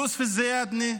יוסף זיאדנה,